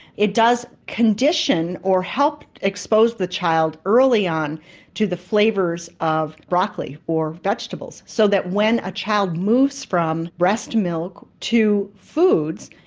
it does condition or help expose the child early on to the flavours of broccoli or vegetables, so that when a child moves from breast milk to foods,